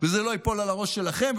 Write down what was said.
זה לא ייפול על הראש שלכם,